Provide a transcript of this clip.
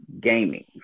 gaming